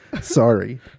Sorry